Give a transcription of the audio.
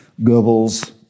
Goebbels